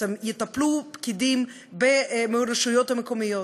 יטפלו פקידים ברשויות המקומיות,